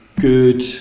good